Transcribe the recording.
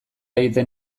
egiten